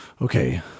Okay